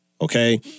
Okay